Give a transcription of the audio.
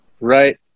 Right